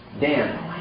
Dan